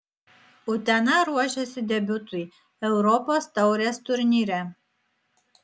utena ruošiasi debiutui europos taurės turnyre